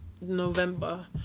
November